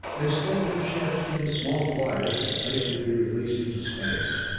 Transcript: they slowed their ships till the small fliers could safely be released into space.